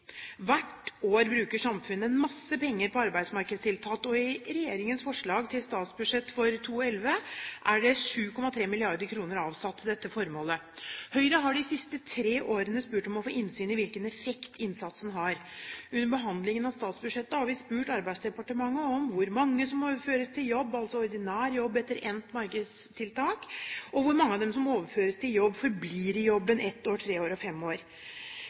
Hvert år bruker samfunnet en masse penger på arbeidsmarkedstiltak, og i regjeringens forslag til statsbudsjett for 2011 er 7,3 mrd. kr avsatt til dette formålet. Høyre har i de siste tre årene spurt om å få innsyn i hvilken effekt innsatsen har. Under behandlingen av statsbudsjettet har vi spurt Arbeidsdepartementet om hvor mange som overføres til jobb, altså ordinær jobb, etter endt markedstiltak, og hvor mange av dem som overføres til jobb, forblir i jobben etter ett år, tre år og fem år.